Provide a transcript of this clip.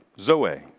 Zoe